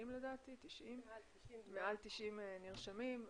מעל 90 נרשמים,